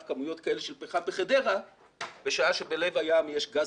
כמויות כאלה של פחם בחדרה בשעה שבלב הים יש גז